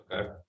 Okay